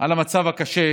על המצב הקשה,